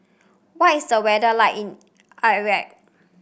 what is the weather like in